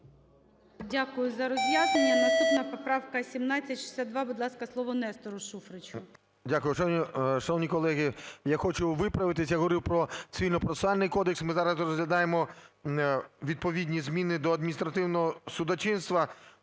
Дякую за роз'яснення. Наступна поправка 1762. Будь ласка, слово Нестору Шуфричу. 13:36:45 ШУФРИЧ Н.І. Дякую. Шановні колеги, я хочу виправитися, я говорю про Цивільно-процесуальний кодекс, ми зараз розглядаємо відповідні зміни до адміністративного судочинства.